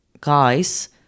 guys